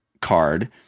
card